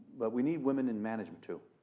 but we need women in management, too.